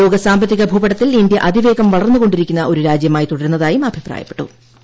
ലോകസ്ഥാമ്പത്തിക ഭൂപടത്തിൽ ഇന്ത്യ അതിവേഗം വളർന്നുകൊണ്ടിരിക്കുന്ന ഒരു രാജ്യമായി തുടരുന്നതായും അഭിപ്രായപ്പെട്ടു അദ്ദേഹം